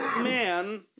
man